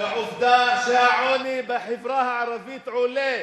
ועובדה שהעוני בחברה הערבית עולה